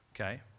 okay